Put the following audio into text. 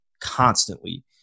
constantly